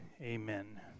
amen